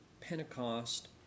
Pentecost